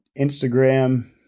Instagram